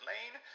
Lane